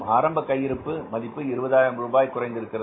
ஆரம்ப கையிருப்பு மதிப்பு 20000 ரூபாய் குறைந்திருக்கிறது